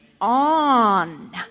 on